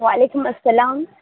وعلیکم السلام